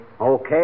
Okay